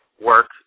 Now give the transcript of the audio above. work